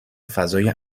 فضای